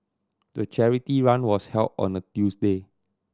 the charity run was held on a Tuesday